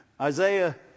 Isaiah